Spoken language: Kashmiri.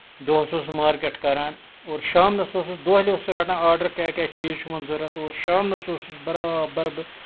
دۄہَس اوسُس مارکیٹ کران اور شامنَس اوسُس دۄہلہِ اوسُس رَٹان آردڑ کیاہ کیاہ چیٖز چھُ یِمن ضرورت اور شامنَس اوسُس برابر بہٕ